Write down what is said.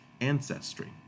ancestry